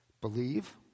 Believe